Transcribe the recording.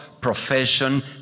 profession